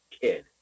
kid